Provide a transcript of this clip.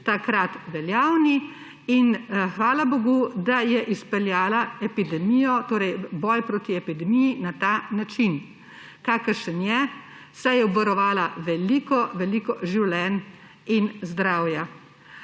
takrat veljavni, in hvala bogu, da je izpeljala boj proti epidemiji na način, kakršen je, saj je obvarovala veliko veliko življenj in zdravja.